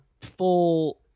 full